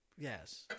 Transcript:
Yes